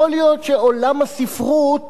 יכול להיות שעולם הספרות